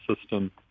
system